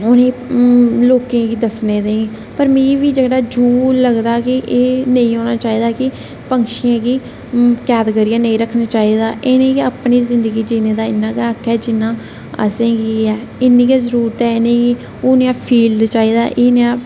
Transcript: लोकें गी दस्सने लेई पर मिगी बी जेहड़ा जूं लगदा कि नेईं होना चाहिदा कि पक्षी गी कैद करिये नेईं रक्खना चाहिदा इनेंगी अपनी जिंदगी जीने दा इन्ना गै हक ऐ जिन्ना असेंगी ऐ इनेंगे जरुत ऐ इनेंगी ओह् नेहा फील चाहिदा ऐ